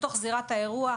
בתוך זירת האירוע,